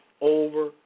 over